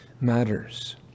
matters